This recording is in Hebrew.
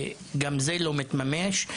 וגם זה לא מתממש.